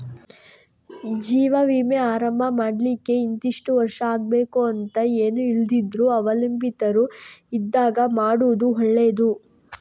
ಜೀವ ವಿಮೆ ಆರಂಭ ಮಾಡ್ಲಿಕ್ಕೆ ಇಂತಿಷ್ಟು ವರ್ಷ ಆಗ್ಬೇಕು ಅಂತ ಏನೂ ಇಲ್ದಿದ್ರೂ ಅವಲಂಬಿತರು ಇದ್ದಾಗ ಮಾಡುದು ಒಳ್ಳೆದು